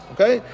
Okay